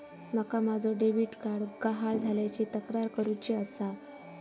माका माझो debit card गहाळ झाल्याची तक्रार करुची आसा